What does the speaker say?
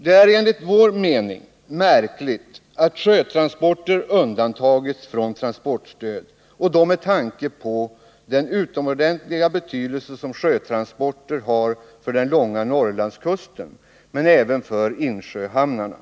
Det är enligt vår mening märkligt att sjötransporter undantagits från transportstöd med tanke på den utomordentliga betydelse som sjötransporter har för den långa Norrlandskusten men även för insjöhamnarna.